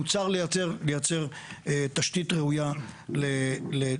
מותר לייצר תשתית ראויה לשיכון,